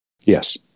Yes